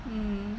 mm